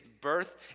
birth